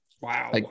Wow